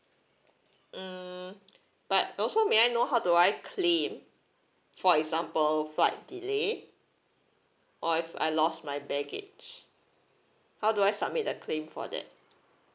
mm but also may I know how do I claim for example flight delay or if I lost my baggage how do I submit the claim for that